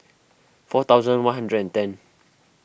four thousand one hundred and ten